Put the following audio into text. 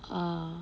ah